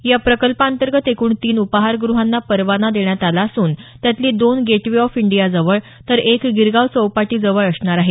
या प्रकल्पाअंतर्गत एकूण तीन उपाहारगृहांना परवाना देण्यात आला असून त्यातली दोन गेट वे ऑफ इंडियाजवळ तर एक गिरगाव चौपाटीजवळ असणार आहे